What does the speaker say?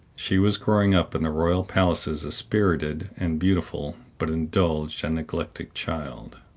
she was growing up in the royal palaces a spirited and beautiful, but indulged and neglected child.